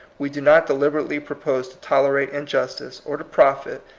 we do not deliberately propose to tolerate injustice, or to profit,